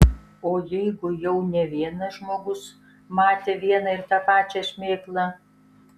o jeigu jau ne vienas žmogus matė vieną ir tą pačią šmėklą